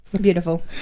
beautiful